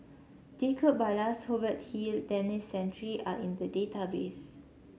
Jacob Ballas Hubert Hill Denis Santry are in the database